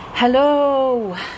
Hello